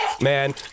man